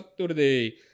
Saturday